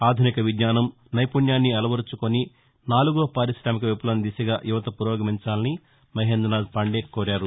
ఆధునిక విజ్ఞానం నైపుణ్యాన్ని అలవరచుకొని నాలుగో పారిశామిక విప్లవం దిశగా యువత పురోగమించాలని మహేంద్రనాథ్ పాండే కోరారు